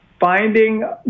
finding